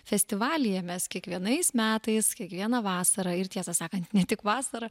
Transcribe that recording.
festivalyje mes kiekvienais metais kiekvieną vasarą ir tiesą sakant ne tik vasarą